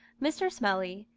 mr. smellie,